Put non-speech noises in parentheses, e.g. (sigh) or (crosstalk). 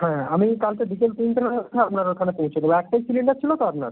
হ্যাঁ আমি কালকে বিকেল তিনটে নাগাদ (unintelligible) আপনার ওখানে পৌঁছে দেবো একটাই সিলিন্ডার ছিল তো আপনার